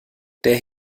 der